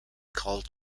called